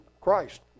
Christ